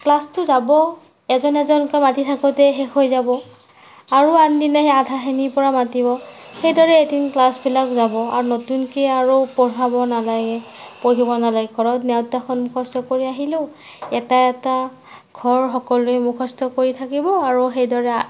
ক্লাচটো যাব এজন এজনকৈ মাতি থাকোঁতে শেষ হৈ যাব আৰু আনদিনা সেই আধাখিনিৰপৰা মাতিব সেইদৰে এদিন ক্লাচবিলাক যাব আৰু নতুনকৈ আৰু পঢ়াব নালাগে পঢ়িব নালাগে ঘৰত নেওতাখন মুখস্থ কৰি আহিলোঁ এটা এটা ঘৰ সকলোৱে মুখস্থ কৰি থাকিব আৰু সেইদৰে